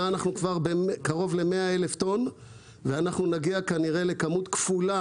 אנחנו כבר קרוב ל-100,000 טון וכנראה נגיע לכמות כפולה